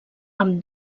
amb